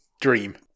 dream